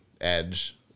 Edge